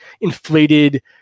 inflated